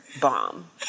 bomb